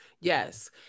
Yes